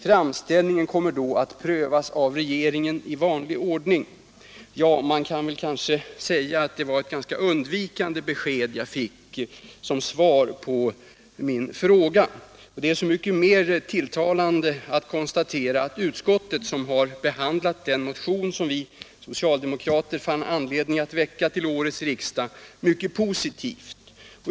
Framställningen kommer då att prövas av regeringen i vanlig ordning.” Man kan säga att det var ett ganska undvikande besked jag fick som svar på min fråga. Det är så mycket mer tilltalande att konstatera att utskottet har behandlat den motion som vi socialdemokrater fann anledning att väcka till årets riksdag mycket positivt.